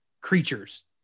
creatures